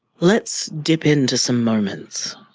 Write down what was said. let's dip into some moments.